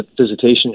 visitation